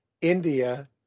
India